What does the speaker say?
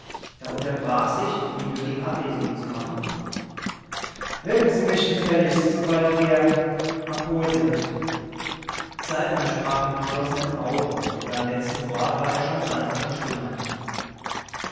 er unterbrach sich um die nötigen ablesungen zu machen wecken sie mich gefälligst sobald wir am pol sind saltner sprach mit geschlossenen augen und beim letzten wort war er schon sanft entschlummert